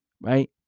right